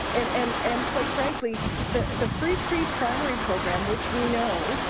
and and and quite frankly, the the free preprimary program, which we know